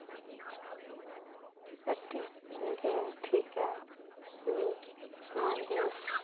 ᱠᱟᱹᱴᱤᱡ ᱜᱮ ᱴᱷᱤᱠᱟ ᱠᱤᱱᱛᱩ ᱱᱚᱣᱟ ᱜᱮᱥ